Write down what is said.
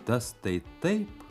tas tai taip